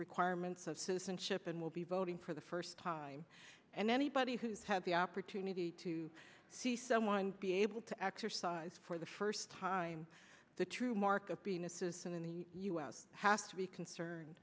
requirements of citizenship and will be voting for the first time and anybody who had the opportunity to see someone be able to exercise for the first time the true mark of being a citizen in the u s has to be concerned